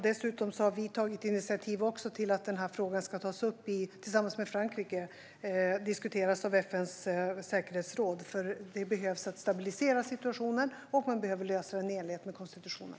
Dessutom har vi tillsammans med Frankrike tagit initiativ till att frågan ska tas upp och diskuteras av FN:s säkerhetsråd, för situationen behöver stabiliseras och lösas i enlighet med konstitutionen.